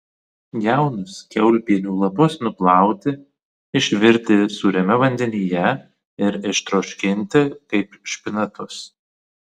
jaunus kiaulpienių lapus nuplauti išvirti sūriame vandenyje ir ištroškinti kaip špinatus